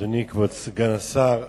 אדוני כבוד סגן השר,